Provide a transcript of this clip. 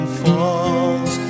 falls